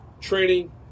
training